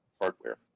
hardware